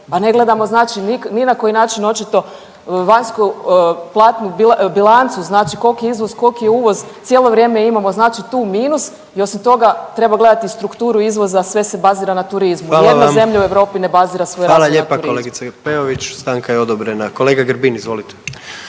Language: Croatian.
a ne gledamo ni na koji način očito vanjsku platnu bilancu koliki je izvoz koliki je uvoz, cijelo vrijeme imamo tu minus i osim toga treba gledati strukturu izvoza, a sve se bazira na turizmu. …/Upadica predsjednik: Hvala vam./… Nijedna u Europi ne bazira svoj rast na turizmu. **Jandroković, Gordan (HDZ)** Hvala lijepa kolegice Peović, stanka je odobrena. Kolega Grbin, izvolite.